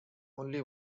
only